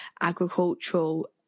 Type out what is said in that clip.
agricultural